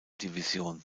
division